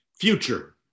Future